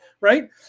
Right